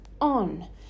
on